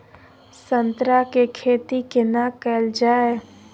संतरा के खेती केना कैल जाय?